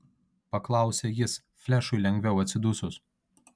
paklausė jis flešui lengviau atsidusus